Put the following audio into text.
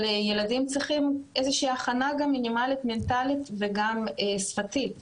ילדים צריכים איזושהי הכנה מנטלית ושפתית מינימלית.